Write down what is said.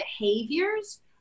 behaviors